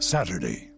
Saturday